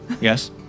Yes